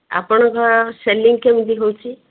ଆପଣଙ୍କ ସେଲିଂ କେମିତି ହୋଉଛି